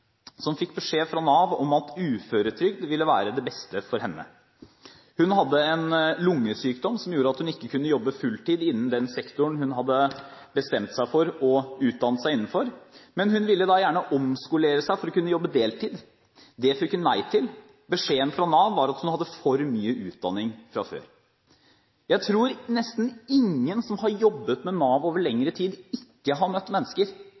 som fikk beskjed fra Nav om at uføretrygd ville være det beste for henne. Hun hadde en lungesykdom som gjorde at hun ikke kunne jobbe fulltid innen den sektoren hun hadde bestemt seg for å utdanne seg innenfor, men hun ville da gjerne omskolere seg for å kunne jobbe deltid. Det fikk hun nei til. Beskjeden fra Nav var at hun hadde for mye utdanning fra før. Jeg tror nesten ingen som har jobbet med Nav over lengre tid, ikke har møtt mennesker